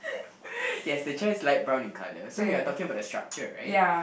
yes the chair is light brown in colour so we're talking about the structure right